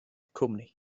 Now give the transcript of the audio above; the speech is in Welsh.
cwmni